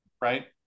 right